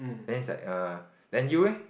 then he's like err then you eh